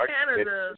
Canada